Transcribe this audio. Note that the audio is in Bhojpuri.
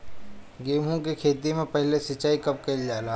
गेहू के खेती मे पहला सिंचाई कब कईल जाला?